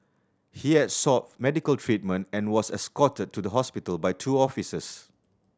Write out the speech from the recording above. he had sought medical treatment and was escorted to the hospital by two officers